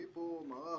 אני פה מערך,